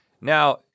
Now